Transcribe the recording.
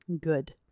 Good